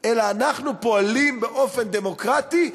אלא אנחנו פועלים באופן דמוקרטי,